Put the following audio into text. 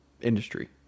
industry